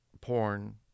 porn